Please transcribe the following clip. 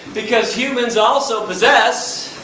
because humans also possess.